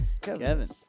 Kevin